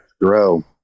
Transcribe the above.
grow